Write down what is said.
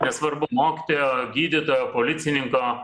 nesvarbu mokytojo gydytojo policininko